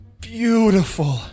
beautiful